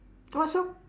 what soup